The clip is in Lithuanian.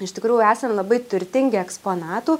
iš tikrųjų esam labai turtingi eksponatų